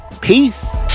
peace